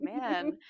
man